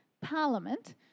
parliament